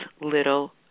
little